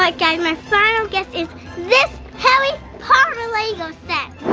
like guys, my final guess is this harry potter lego set.